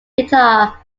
guitar